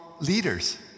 leaders